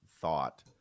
thought